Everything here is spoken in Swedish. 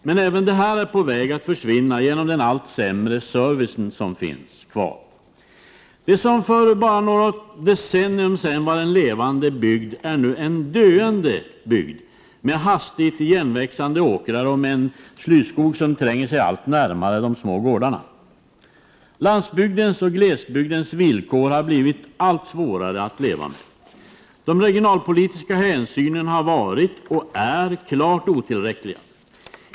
Men även detta är på väg att försvinna till följd av den allt sämre servicen. Det som för bara något decennium sedan var en levande bygd är nu en döende bygd med hastigt igenväxande åkrar och en slyskog som tränger sig fram och som kommer allt närmare de små gårdarna. Landsbygdens och glesbygdens villkor har blivit allt svårare att leva med. De regionalpolitiska hänsynen har varit och är klart otillräckliga.